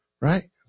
Right